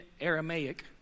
Aramaic